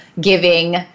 giving